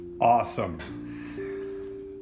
Awesome